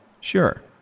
Sure